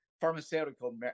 pharmaceutical